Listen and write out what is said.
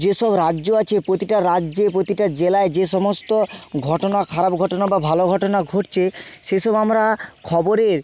যেসব রাজ্য আছে প্রতিটা রাজ্যে প্রতিটা জেলায় যে সমস্ত ঘটনা খারাপ ঘটনা বা ভালো ঘটনা ঘটছে সেসব আমরা খবরের